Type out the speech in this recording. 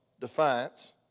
defiance